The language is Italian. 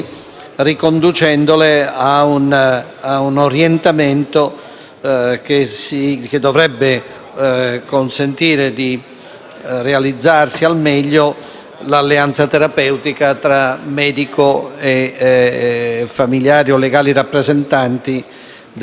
che dovrebbe consentire che si realizzi al meglio l'alleanza terapeutica tra medico e familiare o legale rappresentante delle persone disabili o minori.